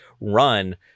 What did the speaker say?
run